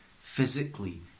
physically